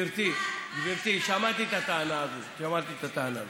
גברתי, שמעתי את הטענה הזאת, שמעתי את הטענה הזאת.